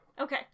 Okay